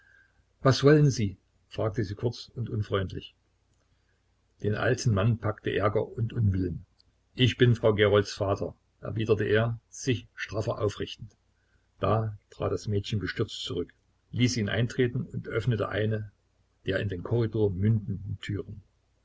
was wollen sie fragte sie kurz und unfreundlich den alten mann packte ärger und unwillen ich bin frau gerolds vater erwiderte er sich straffer aufrichtend da trat das mädchen bestürzt zurück ließ ihn eintreten und öffnete eine der in den korridor mündenden türen